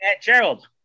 Gerald